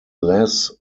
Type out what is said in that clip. less